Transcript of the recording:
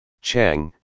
Chang